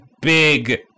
big